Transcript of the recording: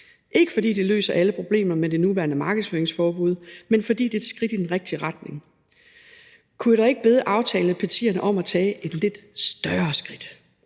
ikke, fordi det løser alle problemer med det nuværende markedsføringsforbud, men fordi det er et skridt i den rigtige retning. Kunne jeg da ikke bede aftalepartierne om at tage et lidt større skridt?